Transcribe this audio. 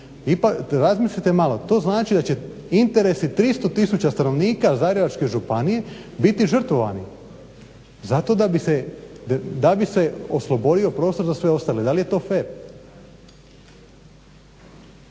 županija, razmislite malo. To znači da će interesi 300000 stanovnika Zagrebačke županije biti žrtvovani zato da bi se oslobodio prostor za sve ostale. Da li je to fer?